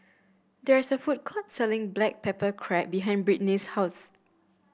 there is a food court selling Black Pepper Crab behind Brittnay's house